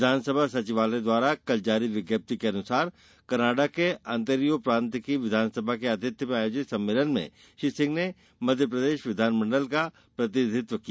विधानसभा सचिवालय द्वारा कल जारी विज्ञप्ति के अनुसार कनाडा के आन्तरियो प्रान्त की विधानसभा के आतिथ्य में आयोजित सम्मेलन में श्री सिंह ने मध्यप्रदेश विधानमंडल का प्रतिनिधित्व किया